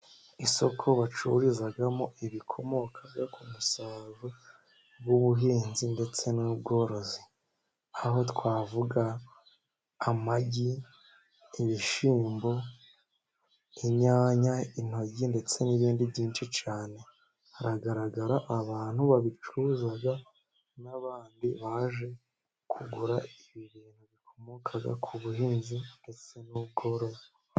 Isoko bacururizamo ibikomoka ku musaruro w'ubuhinzi, ndetse n'ubworozi aho twavuga: amagi, ibishyimbo, inyanya, intoryi ndetse n'ibindi byinshi cyane. Hagaragara abantu babicuruza n'abandi baje kugura ibi ibintu bikomoka ku buhinzi, ndetse n'ubworozi.